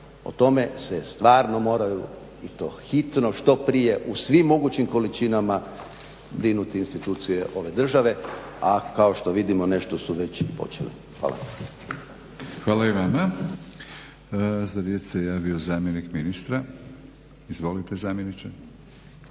o tome se stvarno moraju i to hitno, što prije u svim mogućim količinama brinuti institucije ove države, a kao što vidimo nešto su već i počeli. Hvala. **Batinić, Milorad (HNS)** Hvala i vama. Za riječ se javio zamjenik ministra. Izvolite zamjeniče.